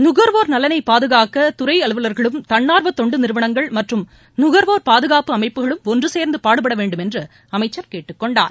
நுகர்வோர் நலனை பாதுகாக்க துறை அலுவலர்களும் தன்னார்வ தொண்டு நிறுவனங்கள் மற்றும் நுகர்வோர் பாதுகாப்பு அமைப்புகள் ஒன்று சேர்ந்து பாடுபட வேண்டும் என்று அமைச்சர் கேட்டுக்கொண்டார்